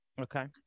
Okay